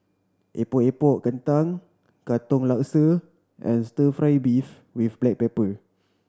Epok Epok Kentang Katong Laksa and Stir Fry beef with black pepper